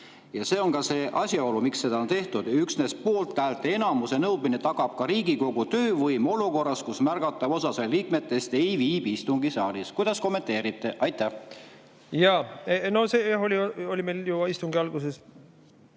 See on see [põhjus], miks seda on tehtud. Üksnes poolthäälte enamuse nõudmine tagab Riigikogu töövõime olukorras, kus märgatav osa selle liikmetest ei viibi istungisaalis. Kuidas kommenteerite? Jaa! No see oli meil ju istungi alguses